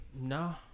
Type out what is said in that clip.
No